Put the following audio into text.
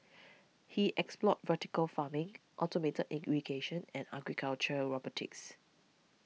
he explored vertical farming automated irrigation and agricultural robotics